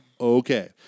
Okay